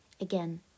Again